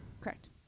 Correct